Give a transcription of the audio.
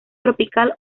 tropical